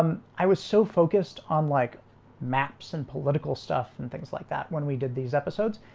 um i was so focused on like maps and political stuff and things like that when we did these episodes,